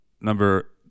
number